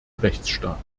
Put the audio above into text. rechtsstaat